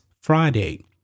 Friday